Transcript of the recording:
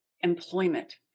employment